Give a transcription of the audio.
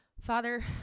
Father